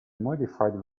modified